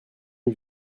mes